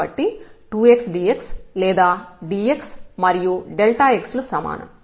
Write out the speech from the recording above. కాబట్టి 2 xdx లేదాdx మరియు x లు సమానం